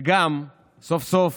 וגם סוף-סוף